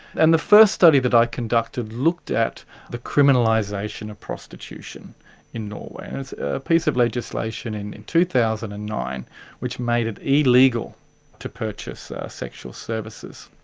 and the first study that i conducted looked at the criminalisation of prostitution in norway. and it's a piece of legislation in in two thousand and nine which made it illegal to purchase sexual services.